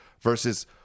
versus